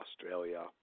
Australia